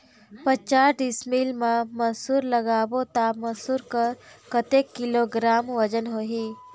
पचास डिसमिल मा मसुर लगाबो ता मसुर कर कतेक किलोग्राम वजन होही?